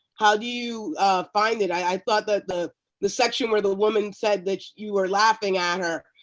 how do you find it? i thought that the the section where the woman said that you were laughing at her,